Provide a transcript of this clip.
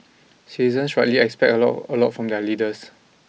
citizens rightly expect a lot a lot from their leaders